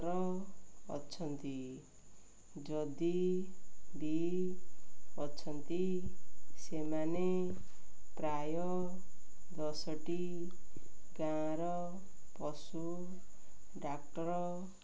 ର ଅଛନ୍ତି ଯଦି ବି ଅଛନ୍ତି ସେମାନେ ପ୍ରାୟ ଦଶଟି ଗାଁର ପଶୁ ଡାକ୍ତର